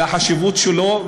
והחשיבות שלו,